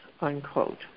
unquote